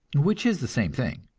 which is the same thing.